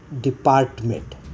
department